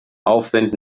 aufwind